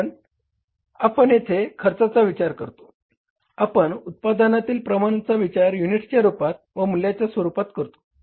कारण आपण येथे खर्चाचा विचार करतो आपण उत्पादनातील प्रमाणाचा विचार युनिट्सच्या स्वरूपात व मूल्याच्या स्वरूपात करतो